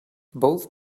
both